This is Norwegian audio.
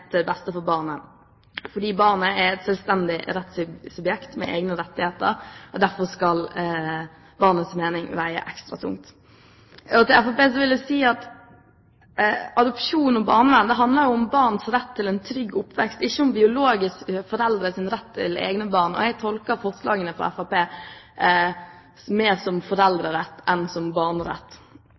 beste for barnet. Barnet er et selvstendig rettssubjekt med egne rettigheter. Derfor skal barnets mening veie ekstra tungt. Til Fremskrittspartiet vil jeg si at adopsjon og barnevern handler om barns rett til en trygg oppvekst, ikke om biologiske foreldres rett til egne barn. Jeg tolker forslagene fra Fremskrittspartiet mer som foreldrerett enn som barnerett.